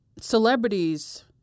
celebrities